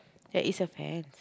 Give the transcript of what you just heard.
there is a fence